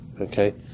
Okay